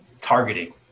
targeting